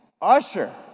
Usher